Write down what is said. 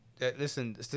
Listen